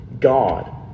god